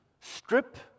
strip